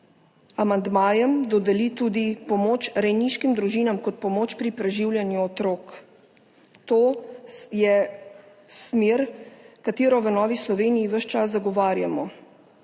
amandmajem dodeli pomoč tudi rejniškim družinam kot pomoč pri preživljanju otrok. To je smer, ki jo v Novi Sloveniji ves čas zagovarjamo.